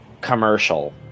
commercial